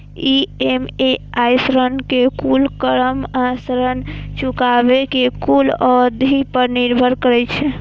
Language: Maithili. ई.एम.आई ऋण के कुल रकम आ ऋण चुकाबै के कुल अवधि पर निर्भर करै छै